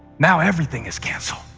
now everything is canceled.